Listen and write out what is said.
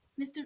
Mr